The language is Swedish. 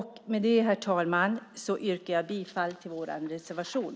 Herr talman! Jag yrkar bifall till vår reservation.